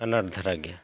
ᱟᱱᱟᱴ ᱫᱷᱟᱨᱟ ᱜᱮᱭᱟ